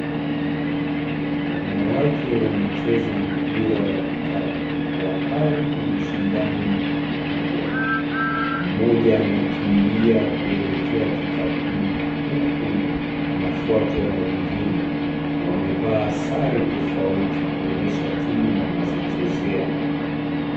Wanawake wanacheza mpira wa vikapu Kwa ari na ushindani mkubwa. Mmoja anakimbia kuelekea kikapuni huku anafuatwa na wengine ,wamevaa sare tofauti kuonyesha timu wanazochezea.